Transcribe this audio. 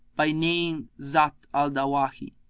by name zat al-dawahi,